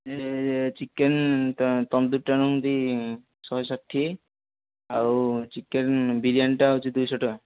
ଏ chicken ତନ୍ଦୁରୀଟା ନେଉଛନ୍ତି ଶହେ ଷାଠିଏ ଆଉ ଚିକେନ୍ ବିରିୟାନୀଟା ହେଉଛି ଦୁଇଶହ ଟଙ୍କା